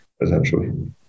essentially